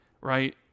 right